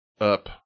up